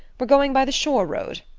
we're going by the shore road.